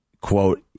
quote